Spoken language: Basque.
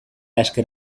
ezker